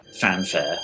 fanfare